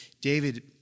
David